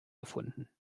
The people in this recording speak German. gefunden